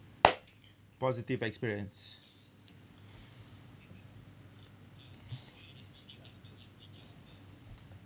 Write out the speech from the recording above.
positive experience